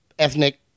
ethnic